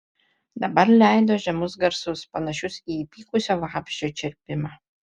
dabar leido žemus garsus panašius į įpykusio vabzdžio čirpimą